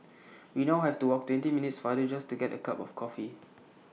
we now have to walk twenty minutes farther just to get A cup of coffee